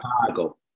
Chicago